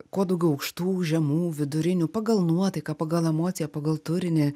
kuo daugiau aukštų žemų vidurinių pagal nuotaiką pagal emociją pagal turinį